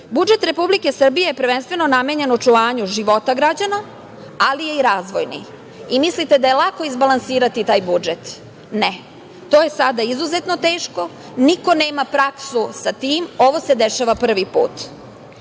Republike Srbije je prvenstveno namenjen očuvanju života građana, ali je i razvojni. Mislite da je lako izbalansirati taj budžet? Ne, to je sada izuzetno teško, niko nema praksu sa tim, ovo se dešava prvi put.